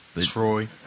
Troy